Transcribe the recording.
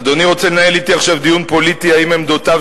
אדוני רוצה לנהל אתי עכשיו דיון פוליטי אם עמדותיו